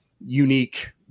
unique